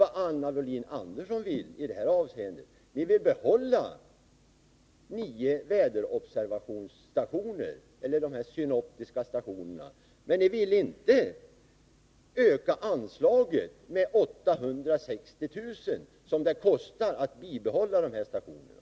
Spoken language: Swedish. Vad Anna Wohlin-Andersson vill i det här avseendet är att behålla nio väderobservationsstationer, eller de synoptiska stationerna, men ni vill inte öka anslaget med 860 000 kr. som det kostar att bibehålla stationerna.